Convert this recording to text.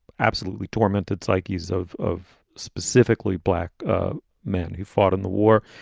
absolutely tormented psyches of of specifically black men who fought in the war.